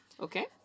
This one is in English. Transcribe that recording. Okay